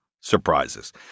surprises